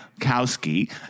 Kowski